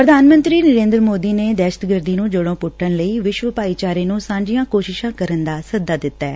ਪ੍ਰਧਾਨ ਮੰਤਰੀ ਨਰੇ'ਦਰ ਸੋਦੀ ਨੇ ਦਹਿਸ਼ਤਗਰਦੀ ਨੰ ਜਤੋ' ਪੁੱਟਣ ਲਈ ਵਿਸ਼ਵ ਭਾਈਚਾਰੇ ਨੰ ਸਾਂਝੀਆਂ ਕੋਸ਼ਿਸ਼ਾਂ ਕਰਨ ਦਾ ਸੱਦਾ ਦਿੱਤੈ